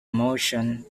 motion